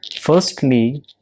Firstly